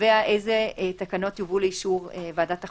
קובע אילו תקנות יובאו לאישור ועדת החוקה.